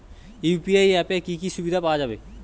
UPI অ্যাপে কি কি সুবিধা পাওয়া যাবে?